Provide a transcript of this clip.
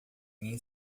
minha